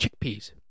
Chickpeas